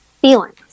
feelings